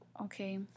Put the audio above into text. Okay